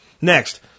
Next